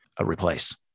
replace